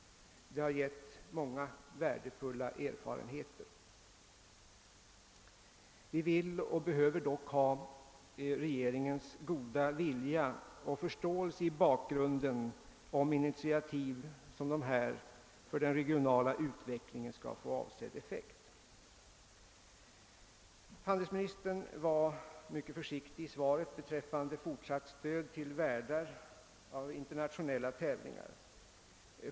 Det har också givit många värdefulla erfarenheter. Men vi vill ock så ha och behöver regeringens goda vilja och förståelse i bakgrunden, om initiativ som detta för den regionala utvecklingen skall få avsedd effekt. Handelsministern har i sitt svar varit mycket försiktig när det gäller frågan om fortsatt stöd till värdar för internationella tävlingar.